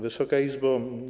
Wysoka Izbo!